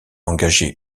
engager